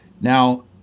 Now